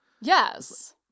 Yes